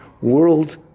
world